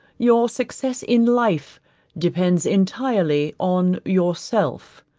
your success in life depends entirely on yourself.